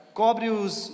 cobre-os